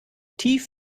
tief